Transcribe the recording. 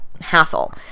hassle